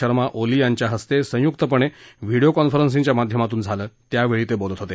शर्मा ओली यांच्या हस्ते संयुक्तरित्या व्हिडीओ कॉन्फरन्सिंगच्या माध्यमातून झालं त्यावेळी ते बोलत होते